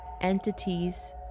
entities